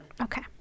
Okay